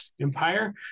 empire